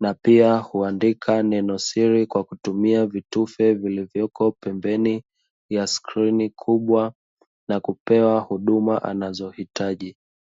na pia huandika neno siri kwa kutumia vitufe vilivyoko pembeni ya skrini kubwa na kupewa huduma anazohitaji.